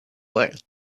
world